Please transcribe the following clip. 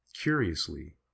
curiously